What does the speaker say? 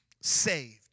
saved